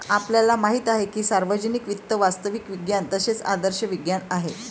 आपल्याला माहित आहे की सार्वजनिक वित्त वास्तविक विज्ञान तसेच आदर्श विज्ञान आहे